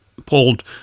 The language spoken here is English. Pulled